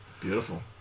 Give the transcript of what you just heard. Beautiful